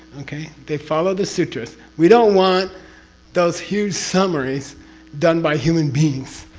okay? they follow the sutras. we don't want those huge summaries done by human beings,